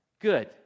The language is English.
good